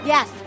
Yes